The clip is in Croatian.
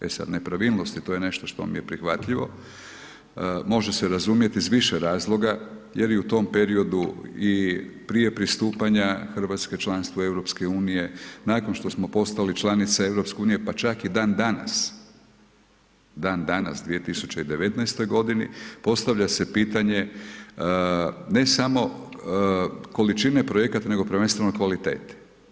E sad nepravilnosti to je nešto što mi je prihvatljivo, može se razumjet iz više razloga jer je u tom periodu i prije pristupanja Hrvatske članstvu EU, nakon što smo postali članica EU, pa čak i dan danas, dan danas 2019. godini postavlja se pitanje ne samo količine projekata nego prvenstveno kvalitete.